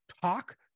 talk